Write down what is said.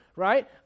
right